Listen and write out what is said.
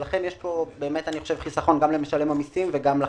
ולכן יש פה חיסכון גם למשלם המיסים וגם לחברה.